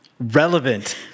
Relevant